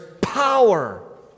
power